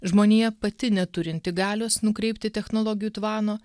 žmonija pati neturinti galios nukreipti technologijų tvano